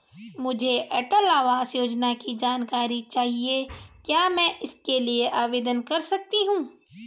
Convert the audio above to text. मुझे अटल आवास योजना की जानकारी चाहिए क्या मैं इसके लिए आवेदन कर सकती हूँ?